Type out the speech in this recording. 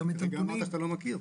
הרגע אמרת שאתה לא מכיר.